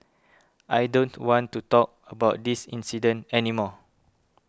I don't want to talk about this incident any more